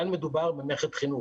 כאן מדובר במלאכת חינוך,